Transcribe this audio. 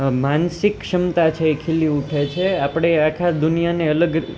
માનસિક ક્ષમતા છે એ ખીલી ઉઠે છે આપણે આખા દુનિયાને અલગ